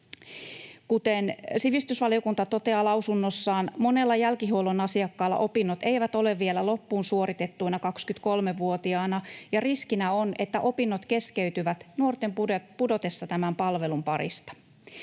Kuten sivistysvaliokunta toteaa lausunnossaan, monella jälkihuollon asiakkaalla opinnot eivät ole vielä loppuun suoritettuina 23-vuotiaana, ja riskinä on, että opinnot keskeytyvät nuorten pudotessa tämän palvelun parista.